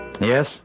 Yes